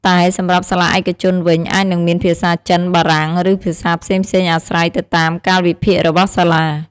តែសម្រាប់សាលាឯកជនវិញ អាចនឹងមានភាសាចិន បារាំង ឬ ភាសាផ្សេងៗអាស្រ័យទៅតាមកាលវិភាគរបស់សាលា។